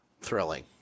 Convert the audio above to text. thrilling